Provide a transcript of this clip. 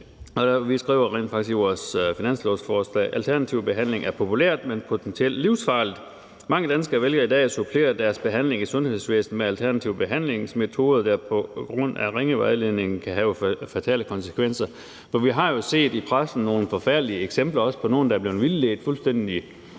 faktisk i vores finanslovsforslag: Alternativ behandling er populært, men potentielt livsfarlig. Mange danskere vælger i dag at supplere deres behandling i sundhedsvæsenet med alternative behandlingsmetoder, der på grund af ringe vejledning kan have fatale konsekvenser. Vi har jo i pressen set også nogle forfærdelige eksempler på nogle, der fuldstændig